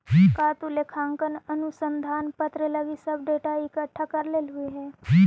का तु लेखांकन अनुसंधान पत्र लागी सब डेटा इकठ्ठा कर लेलहुं हे?